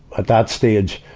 at that stage,